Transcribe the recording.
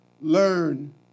learn